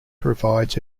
provides